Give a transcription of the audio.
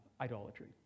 idolatry